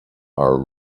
are